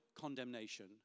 condemnation